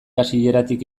hasieratik